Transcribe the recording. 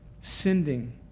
sending